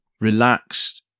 relaxed